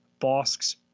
Bosk's